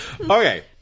okay